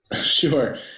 Sure